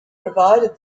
provided